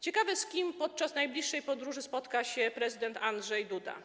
Ciekawe z kim podczas najbliższej podróży spotka się prezydent Andrzej Duda.